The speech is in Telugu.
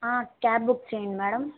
క్యాబ్ బుక్ చేయండి మేడం